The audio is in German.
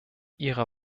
ihre